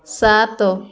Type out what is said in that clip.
ସାତ